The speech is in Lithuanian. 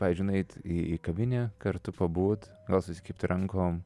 pavyzdžiui nueit į į kavinę kartu pabūt gal susikibti rankom